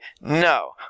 no